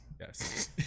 yes